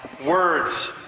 words